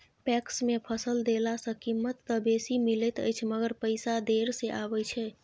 PACS मे फसल देला सॅ कीमत त बेसी मिलैत अछि मगर पैसा देर से आबय छै